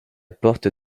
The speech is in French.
porte